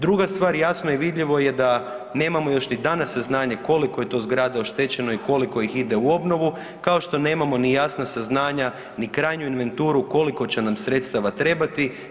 Druga stvar, jasno i vidljivo je da nemamo još ni danas saznanje koliko je to zgrada oštećeno i koliko ih ide u obnovu, kao što nemamo ni jasna saznanja ni krajnju inventuru koliko će nam sredstava trebati.